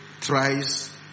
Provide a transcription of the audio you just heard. Thrice